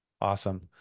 Awesome